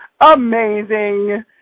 amazing